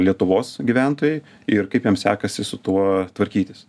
lietuvos gyventojai ir kaip jiems sekasi su tuo tvarkytis